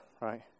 right